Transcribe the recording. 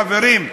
חברים,